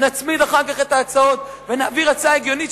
נצמיד אחר כך את ההצעות ונעביר הצעה הגיונית,